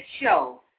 show